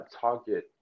target